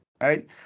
right